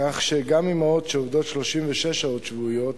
כך שגם אמהות שעובדות 36 שעות שבועיות